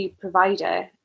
provider